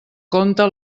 compte